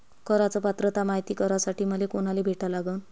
कराच पात्रता मायती करासाठी मले कोनाले भेटा लागन?